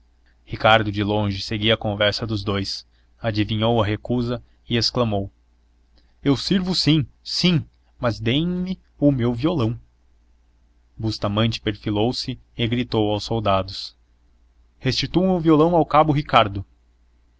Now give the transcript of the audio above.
ricardo de longe seguia a conversa dos dous adivinhou a recusa e exclamou eu sirvo sim sim mas dêem me o meu violão bustamante perfilou se e gritou aos soldados restituam o violão ao cabo ricardo